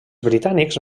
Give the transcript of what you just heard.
britànics